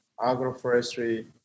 agroforestry